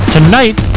Tonight